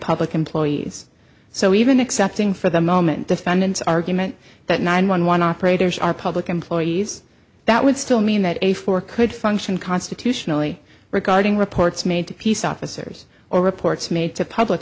public employees so even accepting for the moment defendants argument that nine one one operators are public employees that would still mean that a four could function constitutionally regarding reports made to peace officers or reports made to public